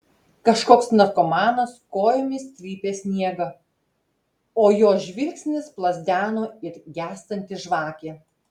kažkoks narkomanas kojomis trypė sniegą o jo žvilgsnis plazdeno it gęstanti žvakė